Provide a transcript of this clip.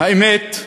האמת,